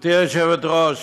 גברתי היושבת-ראש,